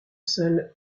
seul